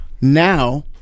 Now